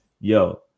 yo